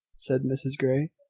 said mrs grey.